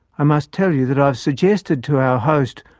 i must tell you that i have suggested to our host,